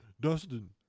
dustin